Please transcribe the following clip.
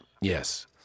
Yes